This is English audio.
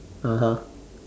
(uh huh)